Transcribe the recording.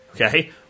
Okay